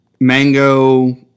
mango